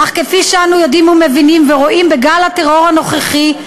אך כפי שאנו יודעים ומבינים ורואים בגל הטרור הנוכחי,